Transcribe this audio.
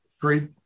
great